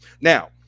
now